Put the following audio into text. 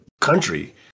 country